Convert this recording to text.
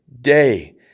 day